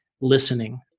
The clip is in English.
listening